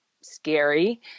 scary